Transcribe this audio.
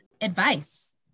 advice